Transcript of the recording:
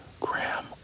Graham